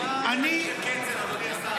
אני --- תקרא את החוק.